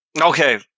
Okay